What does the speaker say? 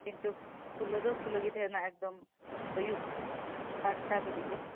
ᱠᱤᱱᱛᱩᱠ ᱠᱷᱩᱞᱟᱹᱣ ᱫᱚ ᱠᱷᱩᱞᱟᱹᱣ ᱜᱮ ᱛᱟᱦᱮᱱᱟ ᱮᱠᱫᱚᱢ ᱟᱹᱭᱩᱵ ᱟᱴᱴᱟ ᱫᱷᱟᱹᱵᱤᱡ ᱫᱚ